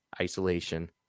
isolation